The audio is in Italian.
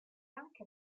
anche